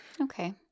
Okay